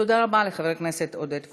תודה רבה לחבר הכנסת עודד פורר.